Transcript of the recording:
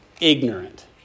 ignorant